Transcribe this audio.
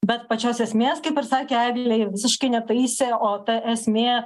bet pačios esmės kaip ir sakė eglė jie visiškai netaisė o ta esmė